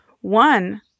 One